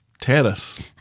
terrace